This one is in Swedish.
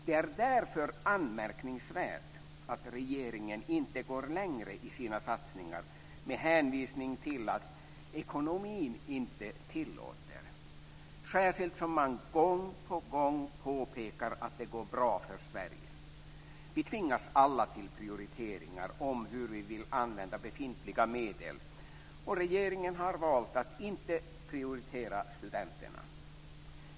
Det är därför anmärkningsvärt att regeringen inte går längre i sina satsningar med hänvisning till att ekonomin inte tillåter det, särskilt som man gång på gång påpekar att det går bra för Vi tvingas alla till prioriteringar av hur vi vill använda befintliga medel. Regeringen har valt att inte prioritera studenterna.